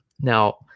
Now